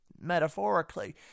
metaphorically